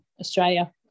Australia